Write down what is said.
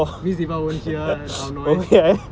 miss diva won't hear our noise